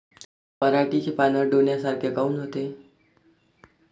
पराटीचे पानं डोन्यासारखे काऊन होते?